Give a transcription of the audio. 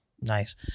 Nice